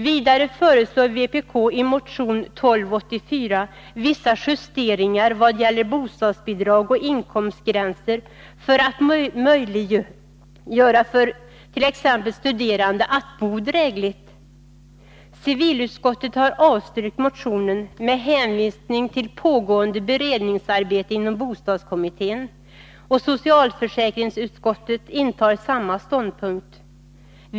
Vidare föreslår vpk i motion 1284 vissa justeringar vad gäller bostadsbidrag och inkomstgränser för att möjliggöra för t.ex. studerande att bo drägligt. Civilutskottet har avstyrkt motionen med hänvisning till pågående beredningsarbete inom bostadskommittén, och socialförsäkringsutskottet intar samma ståndpunkt.